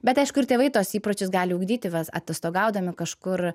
bet aišku ir tėvai tuos įpročius gali ugdyti va atostogaudami kažkur